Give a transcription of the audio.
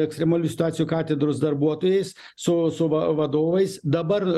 ekstremalių situacijų katedros darbuotojais su su va vadovais dabar